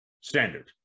standard